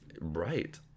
Right